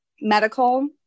medical